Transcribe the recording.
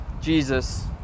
Jesus